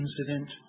incident